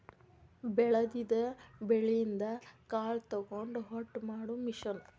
ಬೆಳದಿದ ಬೆಳಿಯಿಂದ ಕಾಳ ತಕ್ಕೊಂಡ ಹೊಟ್ಟ ಮಾಡು ಮಿಷನ್